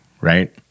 right